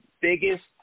biggest